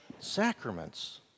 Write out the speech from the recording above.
sacraments